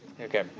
Okay